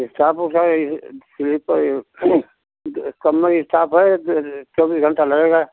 stop sleeper कम staff है चौबीस घंटा लगेगा